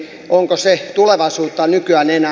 onko se tulevaisuutta nykyään enää